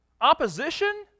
Opposition